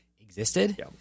existed